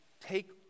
Take